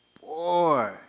Boy